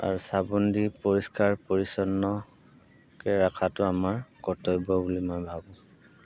আৰু চাবোন দি পৰিষ্কাৰ পৰিচ্ছন্নকৈ ৰখাটো আমাৰ কৰ্তব্য বুলি মই ভাবোঁ